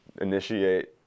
initiate